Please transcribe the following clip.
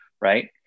right